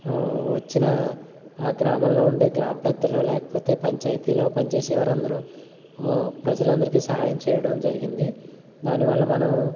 వచ్చిన ఆ గ్రామంలో ఉండే గ్రామ పెద్దలు లేకపోతే పంచాయతీలో పనిచేసే వారందరు ప్రజలందరికి సహాయం చేయడం జరిగింది దాని వల్ల మనం